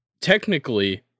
technically